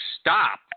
stop